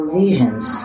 visions